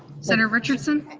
senator richardson?